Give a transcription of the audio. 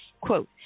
Quote